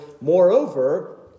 Moreover